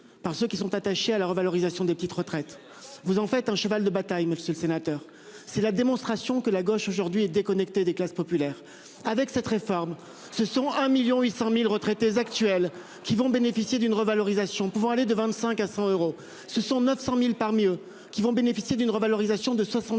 par ceux qui sont attachés à la revalorisation des petites retraites vous en fait un cheval de bataille. Monsieur le sénateur. C'est la démonstration que la gauche aujourd'hui est déconnecté des classes populaires avec cette réforme, ce sont 1.800.000 retraités actuels qui vont bénéficier d'une revalorisation pouvant aller de 25 à 100 euros. Ce sont 900.000 parmi eux qui vont bénéficier d'une revalorisation de 70